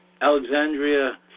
Alexandria